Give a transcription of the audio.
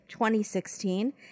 2016